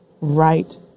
right